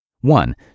One